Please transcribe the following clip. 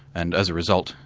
and as a result,